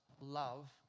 love